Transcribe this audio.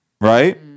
right